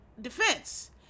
defense